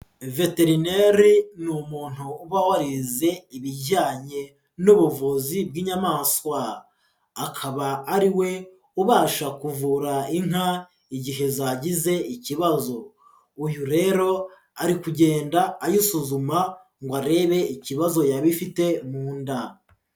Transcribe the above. Veterineri ni umuntu uba warize ibijyanye n'ubuvuzi bw'inyamaswa, akaba ariwe ubasha kuvura inka igihe zagize ikibazo, uyu rero ari kugenda ayisuzuma ngo arebe ikibazo yaba ifite mu nda.